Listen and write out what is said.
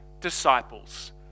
disciples